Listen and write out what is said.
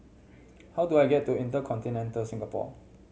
how do I get to InterContinental Singapore